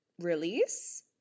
release